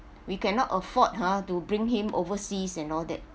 we cannot afford ha to bring him overseas and all that